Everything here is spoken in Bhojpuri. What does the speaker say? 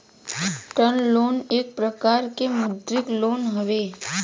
टर्म लोन एक प्रकार के मौदृक लोन हवे